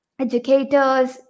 educators